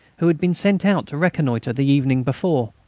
who had been sent out to reconnoitre the evening before.